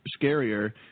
scarier